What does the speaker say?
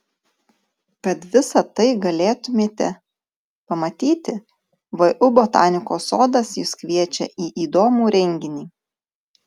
kad visa tai galėtumėte pamatyti vu botanikos sodas jus kviečia į įdomų renginį